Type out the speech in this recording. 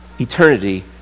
eternity